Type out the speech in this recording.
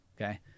Okay